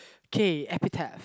okay